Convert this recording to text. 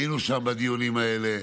היינו שם בדיונים האלה,